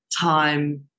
time